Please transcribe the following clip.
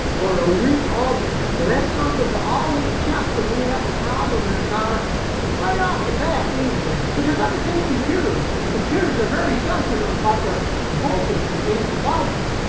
or a weak alternator, so but that's something to always check when you have a problem in a car right off the bat these days because everything's computer run and computers are very sensitive about their voltage that's being supplied to them,